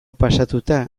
pasatuta